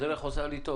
הדרך עושה לי טוב.